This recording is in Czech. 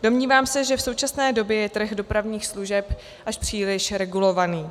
Domnívám se, že v současné době je trh dopravních služeb až příliš regulovaný.